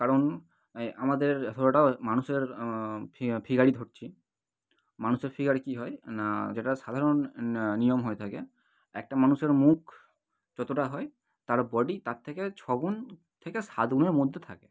কারণ এই আমাদের মানুষের ফি ফিগারই ধরছি মানুষের ফিগারে কি হয় না যেটা সাধারণ না নিয়ম হয়ে থাকে একটা মানুষের মুখ যতটা হয় তার বডি তার থেকে ছগুন থেকে সাত গুনের মধ্যে থাকে